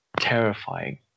terrifying